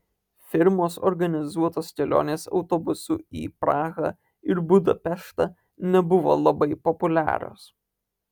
firmos organizuotos kelionės autobusu į prahą ir budapeštą nebuvo labai populiarios